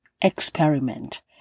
experiment